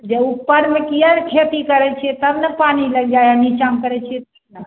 जब ऊपरमे किए लने खेती करै छियै तब ने पानि लागि जाइया हम नीचाँमे करै छियै